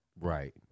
Right